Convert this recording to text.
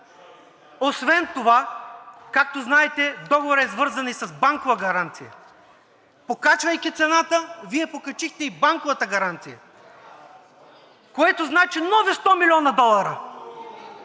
Освен това, както знаете, договорът е вързан и с банкова гаранция – покачвайки цената, Вие покачихте и банковата гаранция. Това значи нови 100 млн. долара.